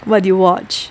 what do you watch